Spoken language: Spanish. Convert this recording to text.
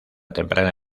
temprana